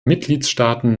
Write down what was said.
mitgliedstaaten